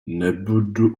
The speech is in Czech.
nebudu